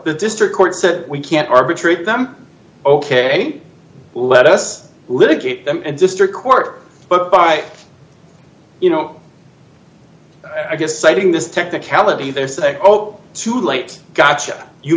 the district court said we can't arbitrate them ok let us litigate them and district court but by you know i guess citing this technicality they say oh too late gotcha you